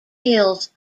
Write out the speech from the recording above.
hills